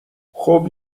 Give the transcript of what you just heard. خوب